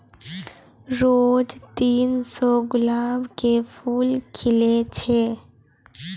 रोज तीन सौ गुलाब के फूल खिलै छै